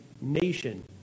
nation